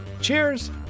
Cheers